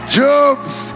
jobs